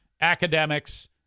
Academics